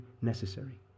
necessary